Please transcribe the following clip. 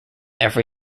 every